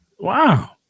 Wow